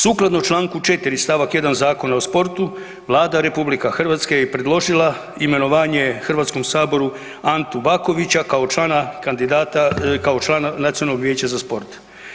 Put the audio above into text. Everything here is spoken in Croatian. Sukladno Članku 4. stavak 1. Zakona o sportu Vlada RH je predložila imenovanje Hrvatskom saboru Antu Bakovića kao člana kandidata, kao člana Nacionalnog vijeća za sport.